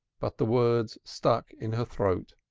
but the words stuck in her throat.